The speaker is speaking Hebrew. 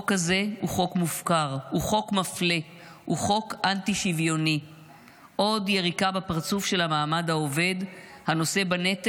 כדאי לדעת מאיפה היא מכירה את המנטליות הערבית.